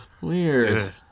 Weird